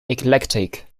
eclectic